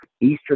Eastern